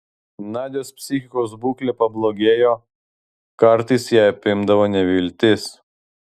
nadios psichikos būklė pablogėjo kartais ją apimdavo neviltis